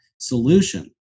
solution